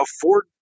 afford